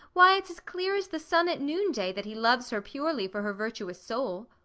why it's as clear as the sun at noonday that he loves her purely for her virtuous soul.